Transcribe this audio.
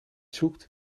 zoekt